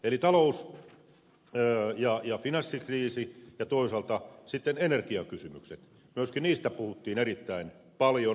eli talous ja finanssikriisistä ja toisaalta sitten energiakysymyksistä puhuttiin myöskin erittäin paljon